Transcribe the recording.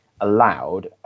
allowed